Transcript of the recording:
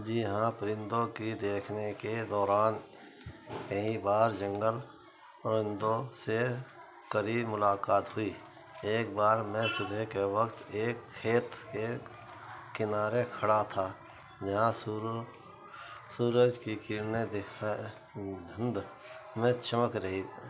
جی ہاں پرندوں کی دیکھنے کے دوران کئی بار جنگل پرندوں سے قریب ملاقات ہوئی ایک بار میں صبح کے وقت ایک کھیت کے کنارے کھڑا تھا جہاں سور سورج کی کرنیں دھند میں چمک رہی تھیں